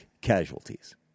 casualties